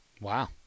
Wow